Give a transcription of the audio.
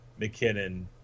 McKinnon